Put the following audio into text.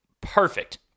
perfect